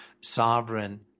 sovereign